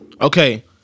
Okay